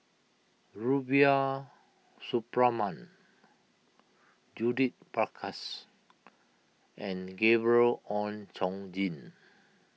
Rubiah Suparman Judith Prakash and Gabriel Oon Chong Jin